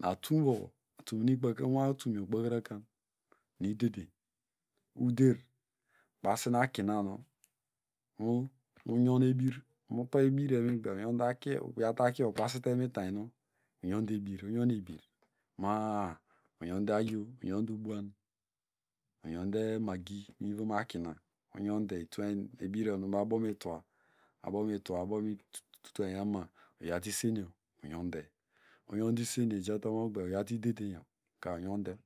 nat atum wowoyo atumnu inwo atum ikpakrakarn nu idedeny uder kpasiakinanu munyou obir muto ebir yo migber unyode akiyo uyawte akiyo ukpasite minwitanyn nu uyonde ebir ma- a uyorde ayo uyonde ubuan uyorde magi mivom akiyor inyonde ebiriyo nubaw abomitwa, abomibwa, abomitwanya ma uyate isenio uyonde uyorde isenu ijatuimigber uyate idederuyuru ka uyonde.